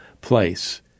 place